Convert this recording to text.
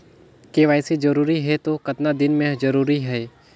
KYC जरूरी हे तो कतना दिन मे जरूरी है?